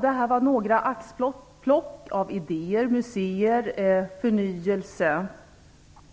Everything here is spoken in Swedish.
Det här var några axplock bland idéer till museer och förnyelse.